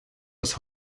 aus